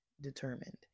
determined